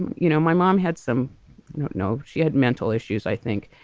you know, my mom had some not know she had mental issues, i think.